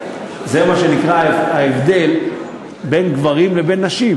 והוחלט שהוא יקיים דיון עם האוצר.